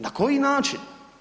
Na koji način?